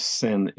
sin